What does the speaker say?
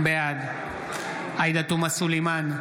בעד עאידה תומא סלימאן,